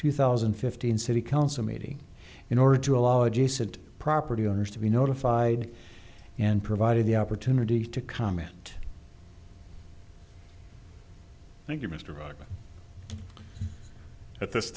two thousand and fifteen city council meeting in order to allow adjacent property owners to be notified and provided the opportunity to comment thank you mr wagner at this